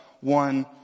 one